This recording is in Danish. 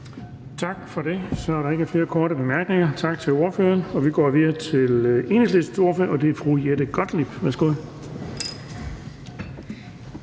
Tak for det. Så er der ikke flere korte bemærkninger. Tak til ordføreren. Vi går videre til Enhedslistens ordfører, og det er fru Jette Gottlieb. Værsgo.